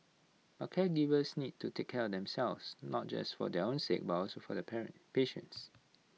but caregivers need to take care of themselves not just for their own sake but also for their parent patients